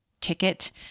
ticket